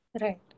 Right